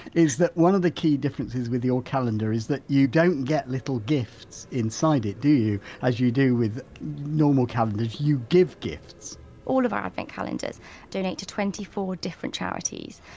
is that one of the key differences with your calendar is that you don't get little gifts inside it, do you, as you do with normal calendars, you give gifts all of our advent calendars donate to twenty four different charities.